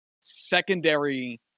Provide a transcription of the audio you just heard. secondary